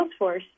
Salesforce